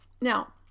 Now